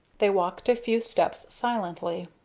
they walked a few steps silently.